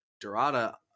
Dorada